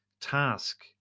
task